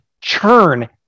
churn